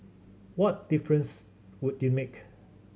what difference would it make